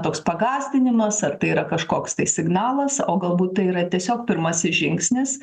toks pagąsdinimas ar tai yra kažkoks tai signalas o galbūt tai yra tiesiog pirmasis žingsnis